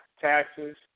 taxes